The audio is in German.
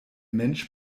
mensch